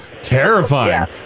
Terrifying